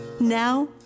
Now